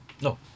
No